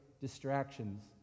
distractions